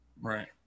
Right